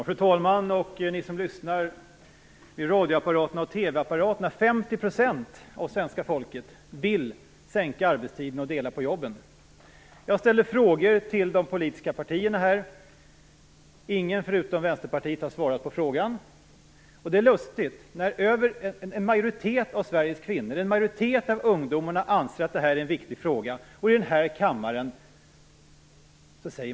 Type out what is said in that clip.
Fru talman! Ni som lyssnar vid radioapparaterna och TV-apparaterna! 50 % av svenska folket vill sänka arbetstiden och dela på jobben. Jag har här ställt frågor till företrädarna för de politiska partierna. Ingen förutom Vänsterpartiet har svarat på frågan. Det är lustigt. När en majoritet av Sveriges kvinnor och en majoritet av ungdomarna anser att det är en viktig fråga säger man ingenting i den här kammaren.